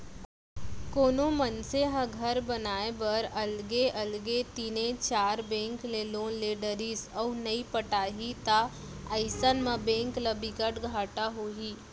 कोनो मनसे ह घर बनाए बर अलगे अलगे तीनए चार बेंक ले लोन ले डरिस अउ नइ पटाही त अइसन म बेंक ल बिकट घाटा होही